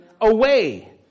away